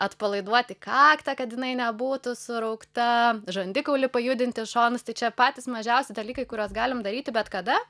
atpalaiduoti kaktą kad jinai nebūtų suraukta žandikaulį pajudint į šonus tai čia patys mažiausi dalykai kuriuos galime daryti bet kada